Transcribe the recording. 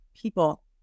people